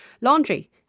laundry